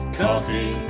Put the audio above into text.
coffee